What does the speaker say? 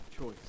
choice